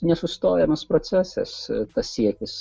nesustojamas procesas tas siekis